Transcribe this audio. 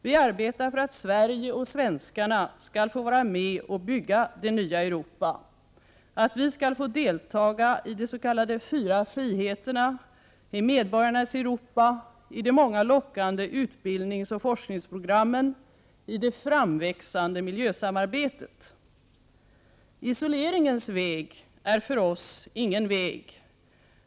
Vi arbetar för att Sverige och svenskarna skall få vara med och bygga det nya Europa, för att vi skall få deltaga i de s.k. fyra friheterna, i medborgarnas Europa, i de många lockande utbildningsoch forskningsprogrammen, i det framväxande miljösamarbetet. Isoleringens väg är för oss ingen väg.